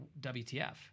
WTF